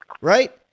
right